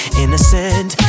innocent